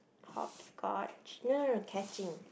hopscotch no no no catching